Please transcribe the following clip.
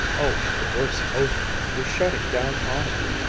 oh, the worst's over. they're shutting down on it.